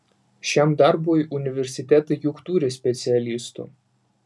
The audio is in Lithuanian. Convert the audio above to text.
šiam darbui universitetai juk turi specialistų